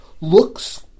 Looks